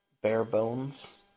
bare-bones